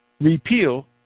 repeal